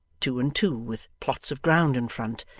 two and two with plots of ground in front,